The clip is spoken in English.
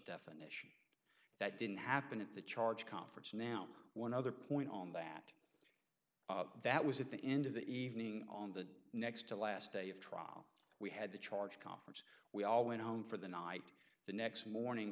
deft that didn't happen at the charge conference now one other point on that that was at the end of the evening on the next to last day of trial we had the charge conference we all went home for the night the next morning